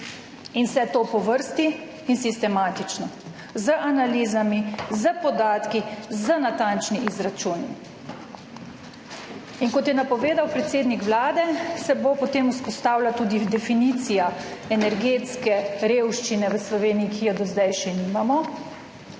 In vse to po vrsti in sistematično z analizami, s podatki, z natančnimi izračuni. In kot je napovedal predsednik Vlade, se bo potem vzpostavila tudi definicija energetske revščine v Sloveniji, ki je do zdaj še nimamo